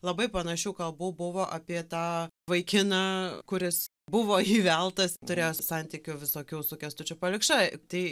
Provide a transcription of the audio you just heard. labai panašių kalbų buvo apie tą vaikiną kuris buvo įveltas turėjo santykių visokių su kęstučiu palikša tai